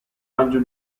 raggio